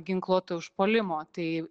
ginkluoto užpuolimo tai